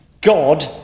god